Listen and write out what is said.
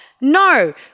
No